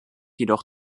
jedoch